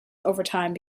overtime